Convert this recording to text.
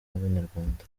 y’abanyarwanda